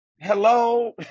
Hello